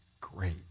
great